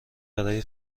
برای